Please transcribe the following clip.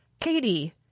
Katie